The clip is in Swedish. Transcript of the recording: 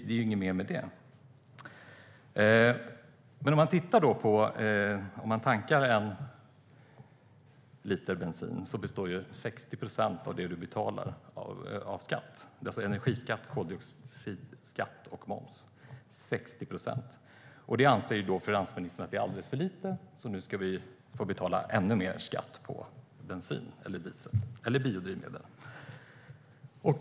Det är inget mer med det. Om man tankar en liter bensin består 60 procent av det man betalar av skatt. Det är alltså energiskatt, koldioxidskatt och moms. 60 procent. Det anser finansministern är alldeles för lite, så nu ska vi få betala ännu mer skatt på bensin, diesel och biodrivmedel.